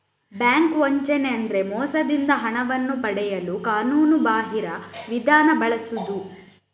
bank ವಂಚನೆ ಅಂದ್ರೆ ಮೋಸದಿಂದ ಹಣವನ್ನು ಪಡೆಯಲು ಕಾನೂನುಬಾಹಿರ ವಿಧಾನ ಬಳಸುದು